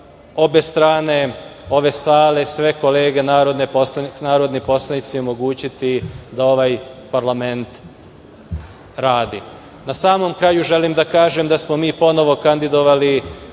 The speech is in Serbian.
obe strane ove sale sve kolege narodni poslanici omogućiti ovaj parlament da radi. Na samom kraju želim da kažem da smo mi ponovo kandidovali